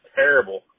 terrible